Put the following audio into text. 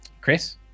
Chris